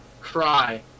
cry